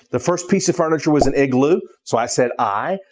the first piece of furniture was an igloo, so i said i.